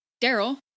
Daryl